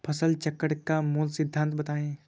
फसल चक्र का मूल सिद्धांत बताएँ?